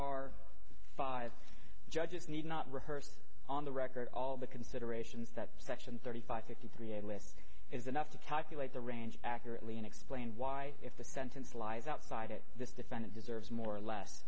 star five judges need not rehearse on the record all the considerations that section thirty five fifty three a list is enough to calculate the range accurately and explain why if the sentence lies outside it this defendant deserves more or less